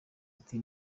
ati